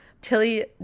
Tilly